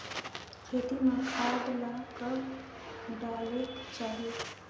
खेती म खाद ला कब डालेक चाही?